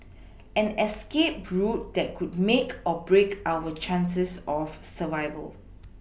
an escape route that could make or break our chances of survival